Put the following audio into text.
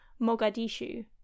Mogadishu